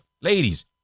ladies